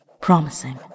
Promising